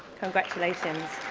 congratulations.